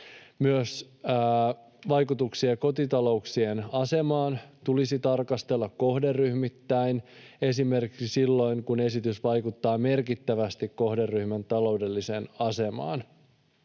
Myös vaikutuksia kotitalouksien asemaan tulisi tarkastella kohderyhmittäin esimerkiksi silloin, kun esitys vaikuttaa merkittävästi kohderyhmän taloudelliseen asemaan.